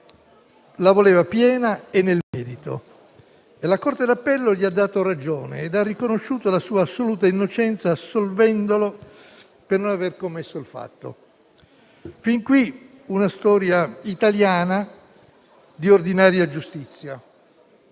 l'assoluzione perché la voleva piena e nel merito. La Corte d'appello gli ha dato ragione e ha riconosciuto la sua assoluta innocenza, assolvendolo per non aver commesso il fatto. Fin qui, una storia italiana di ordinaria giustizia,